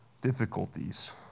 difficulties